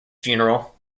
funeral